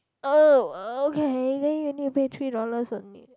oh okay then you need to pay three dollars only